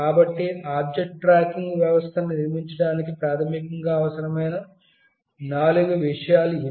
కాబట్టి object tracking వ్యవస్థను నిర్మించడానికి ప్రాథమికం గా అవసరమైన నాలుగు విషయాలు ఇవి